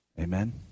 Amen